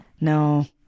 No